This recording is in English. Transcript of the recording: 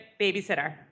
babysitter